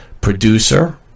producer